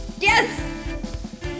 Yes